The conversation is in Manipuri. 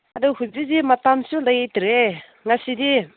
ꯑꯗꯨ ꯍꯧꯖꯤꯛꯇꯤ ꯃꯇꯝꯁꯨ ꯂꯩꯇ꯭ꯔꯦ ꯉꯁꯤꯗꯤ